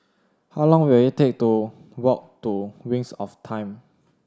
how long will it take to walk to Wings of Time